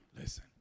listen